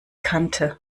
kannte